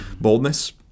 boldness